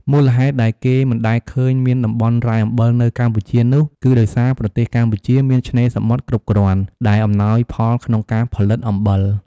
មូលហេតុដែលគេមិនដែលឃើំញមានតំបន់រ៉ែអំបិលនៅកម្ពុជានោះ គឺដោយសារប្រទេសកម្ពុជាមានឆ្នេរសមុទ្រគ្រប់គ្រាន់ ដែលអំណោយផលក្នុងការផលិតអំបិល។